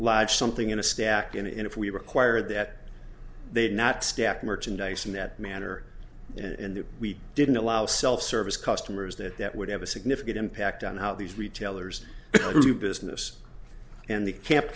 live something in a stack and if we require that they not stack merchandise in that manner and we didn't allow self service customers that that would have a significant impact on how these retailers business and the camp